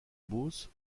beauce